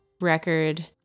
record